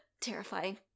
terrifying